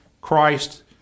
Christ